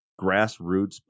grassroots